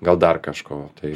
gal dar kažko tai